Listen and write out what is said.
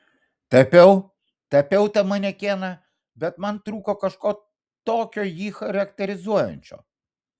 tapiau tapiau tą manekeną bet man trūko kažko tokio jį charakterizuojančio